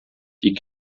die